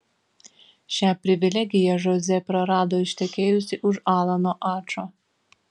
šią privilegiją žozė prarado ištekėjusi už alano ačo